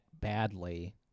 badly